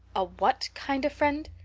a what kind of friend?